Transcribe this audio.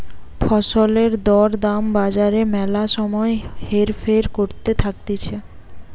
ফসলের দর দাম বাজারে ম্যালা সময় হেরফের করতে থাকতিছে